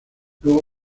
luego